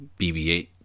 BB-8